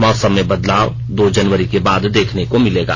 मौसम में बदलाव दो जनवरी के बाद देखने को मिलेगा